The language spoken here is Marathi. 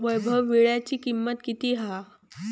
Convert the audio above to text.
वैभव वीळ्याची किंमत किती हा?